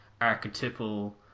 archetypal